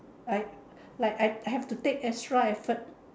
I like I have to take extra effort